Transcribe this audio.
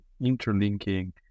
interlinking